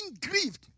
grieved